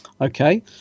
Okay